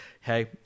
hey